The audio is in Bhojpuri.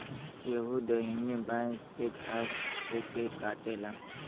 केहू दहिने बाए से घास के काटेला